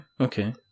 Okay